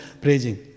praising